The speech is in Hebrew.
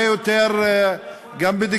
גם באנגליה,